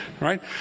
Right